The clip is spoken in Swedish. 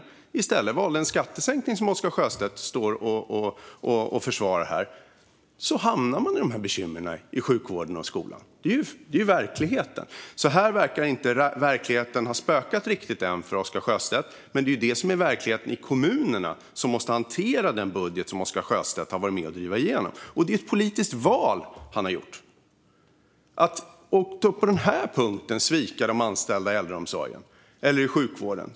Regeringen valde i stället en skattesänkning som Oscar Sjöstedt står här och försvarar. Då hamnar sjukvården och skolan i dessa bekymmer. Det är verkligheten. Här verkar verkligheten inte ha spökat riktigt än för Oscar Sjöstedt. Men det är detta som är verkligheten i kommunerna som måste hantera den budget som Oscar Sjöstedt har varit med om att driva igenom. Det är ett politiskt val som han har gjort genom att på denna punkt svika de anställda i äldreomsorgen och i sjukvården.